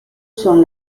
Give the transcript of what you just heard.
son